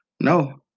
no